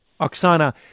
Oksana